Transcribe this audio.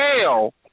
hell